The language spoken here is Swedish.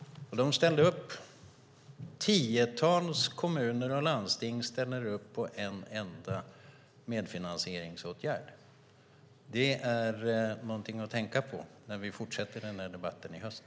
De ställde upp. Tiotals kommuner och landsting ställer upp på en enda medfinansieringsåtgärd. Det är någonting att tänka på när vi fortsätter debatten i höst.